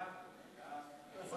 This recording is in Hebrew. ההצעה